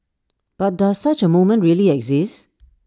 but does such A moment really exist